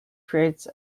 creates